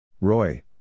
Roy